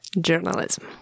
Journalism